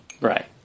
Right